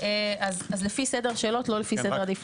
אז לפי סדר שאלות, לא לפי סדר עדיפות.